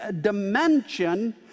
dimension